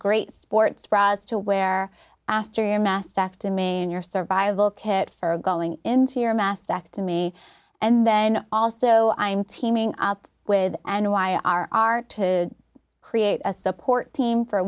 great sports bras to wear aster mastectomy and your survival kit for going into your mastectomy and then also i'm teaming up with and why are art to create a support team for